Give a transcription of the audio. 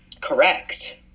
correct